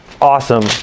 awesome